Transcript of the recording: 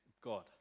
God